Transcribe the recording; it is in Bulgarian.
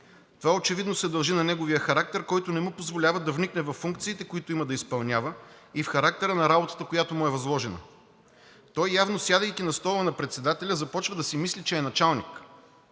Това очевидно се дължи на неговия характер, който не му позволява да вникне във функциите, които има да изпълнява, и в характера на работата, която му е възложена. Той явно, сядайки на стола на председателя, започва да си мисли, че е началник.